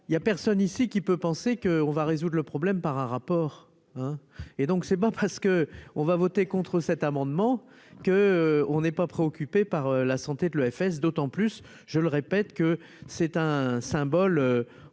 il y a personne ici qui peut penser qu'on va résoudre le problème par un rapport, hein, et donc c'est pas parce que on va voter contre cet amendement que on est pas préoccupé par la santé de l'EFS d'autant plus, je le répète que c'est un symbole,